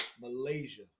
Malaysia